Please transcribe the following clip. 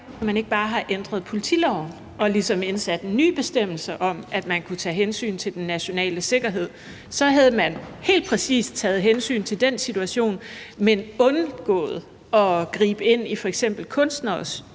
man ikke bare har ændret politiloven og indsat en ny bestemmelse om, at man kunne tage hensyn til den nationale sikkerhed. Så havde man helt præcist taget hensyn til den situation, men undgået at gribe ind i f.eks. kunstneres